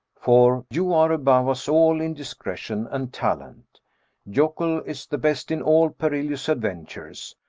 for you are above us all in discretion and talent jokull is the best in all perilous adventures,